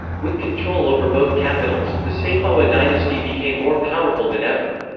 with control over both capitals, the sayfawa dynasty became more powerful than ever.